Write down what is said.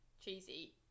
cheesy